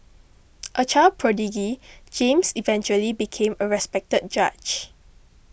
a child prodigy James eventually became a respected judge